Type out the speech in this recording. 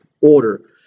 order